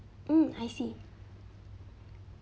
hmm I see